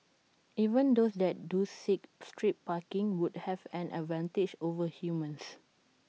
even those that do seek street parking would have an advantage over humans